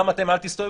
גם אתם אל תסתובבו,